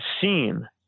seen